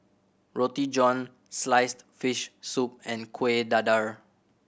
Roti John sliced fish soup and Kueh Dadar